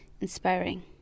inspiring